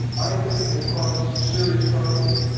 i think it will cause some serious problems,